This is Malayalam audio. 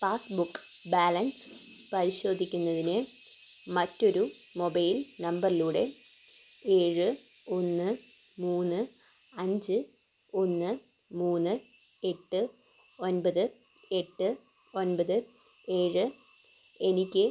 പാസ്ബുക്ക് ബാലൻസ് പരിശോധിക്കുന്നതിന് മറ്റൊരു മൊബൈൽ നമ്പറിലൂടെ ഏഴ് ഒന്ന് മൂന്ന് അഞ്ച് ഒന്ന് മൂന്ന് എട്ട് ഒൻപത് എട്ട് ഒൻപത് ഏഴ് എനിക്ക്